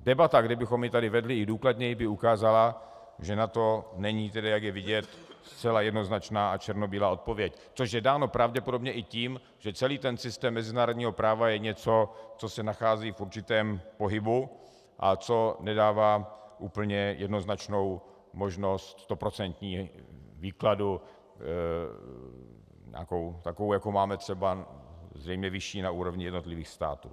debata, kdybychom ji tady vedli důkladněji, by ukázala, že na to není, jak je vidět, zcela jednoznačná a černobílá odpověď, což je dáno pravděpodobně i tím, že celý systém mezinárodního práva je něco, co se nachází v určitém pohybu a co nedává úplně jednoznačnou možnost stoprocentní výkladu takovou, jakou máme třeba zřejmě vyšší na úrovni jednotlivých států.